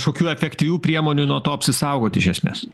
kokių efektyvių priemonių nuo to apsisaugot iš esmės